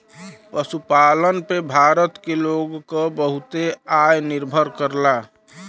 पशुपालन पे भारत के लोग क बहुते आय निर्भर करला